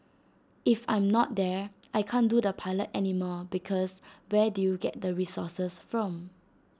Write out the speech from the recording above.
if I'm not there I can't do the pilot anymore because where do you get the resources from